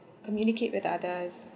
communicate with others